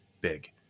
big